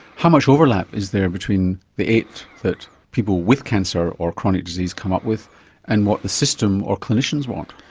how much overlap is there between the eight that people with cancer or chronic disease come up with and what the system or clinicians want?